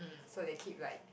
so they keep like